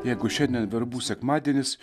jeigu šiandien verbų sekmadienis